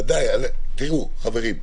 חברים,